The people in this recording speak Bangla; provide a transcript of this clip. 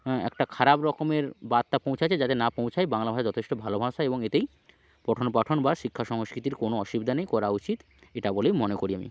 হ্যাঁ একটা খারাপ রকমের বার্তা পৌঁছাচ্ছে যাতে না পৌঁছায় বাংলা ভাষা যথেষ্ট ভালো ভাষা এবং এতেই পঠন পাঠন বা শিক্ষা সংস্কৃতি কোনো অসুবিধা নেই করা উচিত এটা বলেই মনে করি আমি